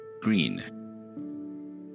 green